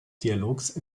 dialogs